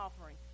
offering